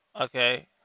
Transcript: Okay